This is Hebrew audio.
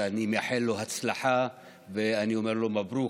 אני מאחל לו הצלחה ואני אומר לו מברוק,